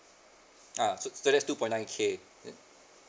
uh so so that's two point nine k